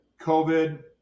COVID